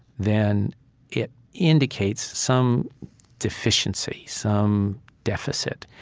then it indicates some deficiency, some deficit.